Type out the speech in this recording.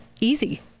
easy